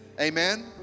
amen